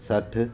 सठि